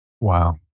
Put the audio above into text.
Wow